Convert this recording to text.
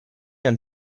and